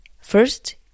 First